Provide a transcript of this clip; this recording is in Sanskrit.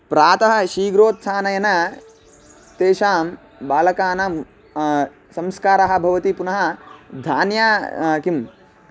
प्रातः शीघ्रोत्थानेन तेषां बालकानां संस्कारः भवति पुनः धान्यं किं